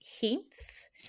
hints